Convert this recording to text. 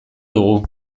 dugu